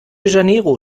janeiro